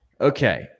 Okay